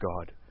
God